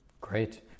Great